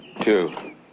two